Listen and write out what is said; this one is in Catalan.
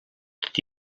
tot